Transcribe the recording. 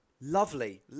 lovely